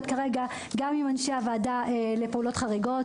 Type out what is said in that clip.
כרגע גם עם אנשי הוועדה לפעולות חריגות.